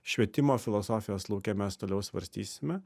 švietimo filosofijos lauke mes toliau svarstysime